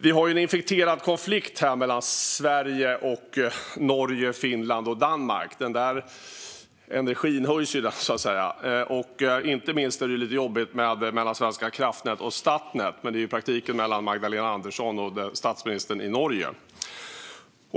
Vi har en infekterad konflikt mellan Sverige och Norge, Finland och Danmark. Energin höjs, så att säga. Inte minst är det lite jobbigt mellan Svenska kraftnät och Statnett, men i praktiken är det mellan Magdalena Andersson och statsministern i Norge.